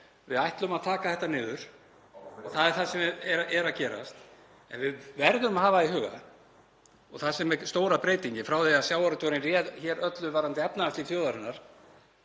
Við ætlum að taka þetta niður og það er það sem er að gerast. En við verðum að hafa í huga og það er stóra breytingin frá því að sjávarútvegurinn réð hér öllu varðandi efnahagslíf þjóðarinnar